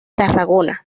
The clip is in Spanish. tarragona